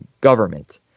government